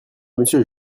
monsieur